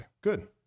Good